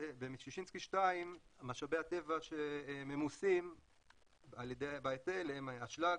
מששינסקי 2 משאבי הטבע שממוסים בהיטל הם אשלג,